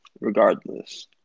regardless